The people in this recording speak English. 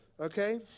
Okay